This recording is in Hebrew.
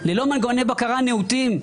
ללא מנגנוני בקרה נאותים,